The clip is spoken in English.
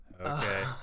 okay